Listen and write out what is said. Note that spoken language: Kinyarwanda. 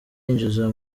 yinjiza